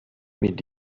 mit